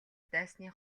дайсны